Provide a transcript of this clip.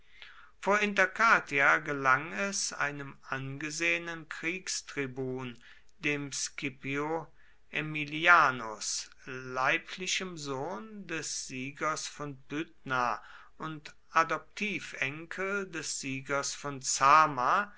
vor intercatia gelang es einem angesehenen kriegstribun dem scipio aemilianus leiblichem sohn des siegers von pydna und adoptivenkel des siegers von zama